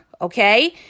okay